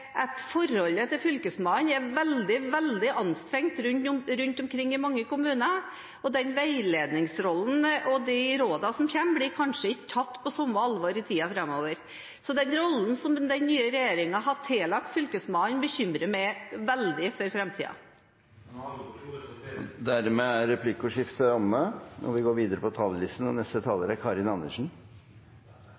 forholdet til Fylkesmannen er veldig, veldig anstrengt rundt omkring i mange kommuner, og den veiledningsrollen han har, og de rådene som kommer, blir kanskje ikke tatt på det samme alvoret i tiden framover. Så den rollen som den nye regjeringen har tillagt Fylkesmannen, bekymrer meg veldig for framtiden. Me har aldri brukt ordet «torpedo»… Dermed er replikkordskiftet omme. SV er for en regionreform med innhold, men vi